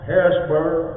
Harrisburg